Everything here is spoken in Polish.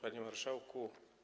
Panie Marszałku!